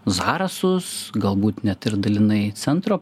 zarasus galbūt net ir dalinai centro